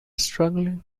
struggling